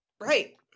right